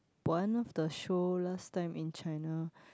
one of the show last time in China